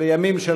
בימים של